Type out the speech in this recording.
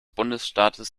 bundesstaates